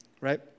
right